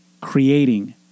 Creating